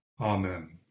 Amen